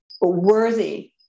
worthy